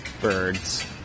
birds